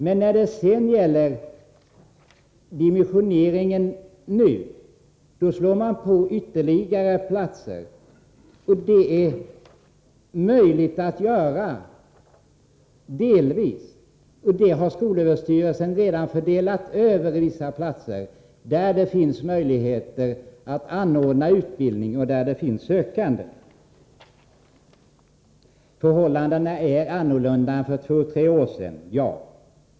Men när det nu gäller dimensioneringen föreslår han ytterligare platser. Det kan man genomföra delvis. Skolöverstyrelsen har där det finns möjligheter att anordna utbildning och där det finns sökande redan fördelat vissa platser. Förhållandena är annorlunda än för två tre år sedan — det stämmer.